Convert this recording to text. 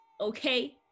okay